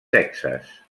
sexes